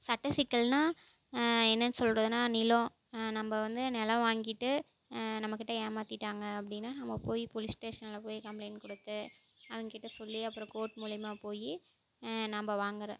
சட்ட சிக்கல்ன்னால் என்னன்னு சொல்கிறதுன்னா நிலம் நம்ம வந்து நிலம் வாங்கிட்டு நம்ம கிட்ட ஏமாற்றிட்டாங்க அப்படின்னா நம்ம போய் போலீஸ் ஸ்டேஷனில் போய் கம்ப்ளைன்ட் கொடுத்து அவங்ககிட்ட சொல்லி அப்பறம் கோர்ட் மூலிமா போய் நம்ம வாங்கிற